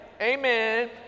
Amen